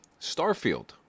Starfield